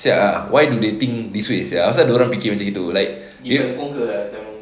sia ah why do they think this way sia asal dorang fikir macam gitu like dia